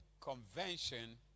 convention